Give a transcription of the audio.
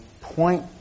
point